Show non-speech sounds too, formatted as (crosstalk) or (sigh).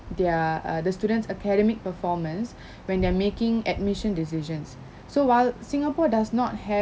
their uh the students' academic performance (breath) when they're making admission decisions so while singapore does not have